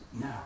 no